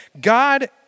God